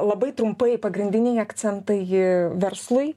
labai trumpai pagrindiniai akcentai i verslui